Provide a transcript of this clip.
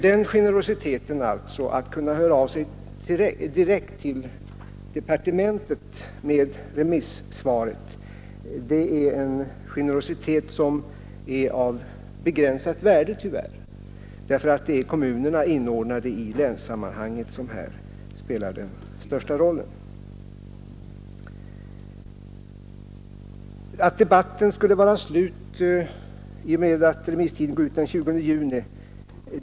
Denna generositet att kommunerna kan låta höra av sig direkt till departementet med sina remissvar är därför tyvärr av begränsat värde. Jag är på det klara med att debatten i dessa frågor inte är slut i och med att remisstiden gått ut den 20 juni.